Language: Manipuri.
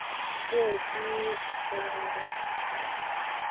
ꯑꯗꯨ ꯑꯣꯏꯔꯗꯤ